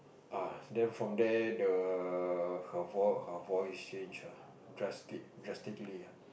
ah then from there the her her voice change ah drastic drastically ah